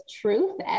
truth